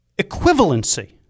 equivalency